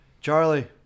Charlie